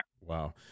Wow